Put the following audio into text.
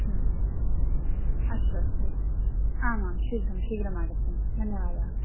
अस्तु अस्तु आमां शीघ्रं शीघ्रमागच्छन्तु धन्यवादाः